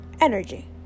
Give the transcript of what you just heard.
energy